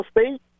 State